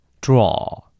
Draw